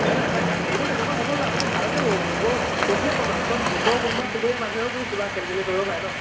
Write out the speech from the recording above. এ নাই নাই গাখীৰটো তেনেকুৱা হ'ব নালাগে আপুনি ভালকৈ থৈছিলে ক'ত বাৰু ওচৰত ওচৰৰ কোনোবা চুুবুৰীয়া মানুহেওতো কিবা খেলি মেলি কৰিব পাৰে ন